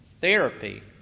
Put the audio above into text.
therapy